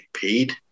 paid